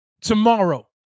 tomorrow